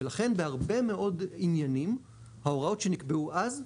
ולכן בהרבה מאוד עניינים ההוראות שנקבעו אז,